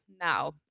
now